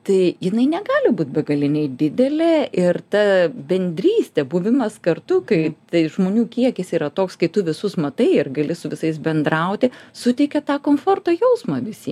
tai jinai negali būt begaliniai didelė ir ta bendrystė buvimas kartu kai tai žmonių kiekis yra toks kai tu visus matai ir gali su visais bendrauti suteikia tą komforto jausmą visie